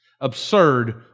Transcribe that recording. Absurd